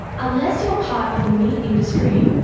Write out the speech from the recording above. unless you are part of the meat industry,